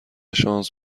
شانس